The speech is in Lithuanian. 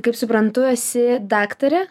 kaip suprantu esi daktarė